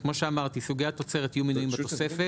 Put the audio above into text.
אז כמו שאמרתי, סוגי התוצרת יהיו מנויים בתוספת.